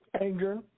anger